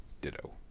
Ditto